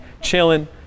chilling